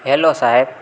hello Saheb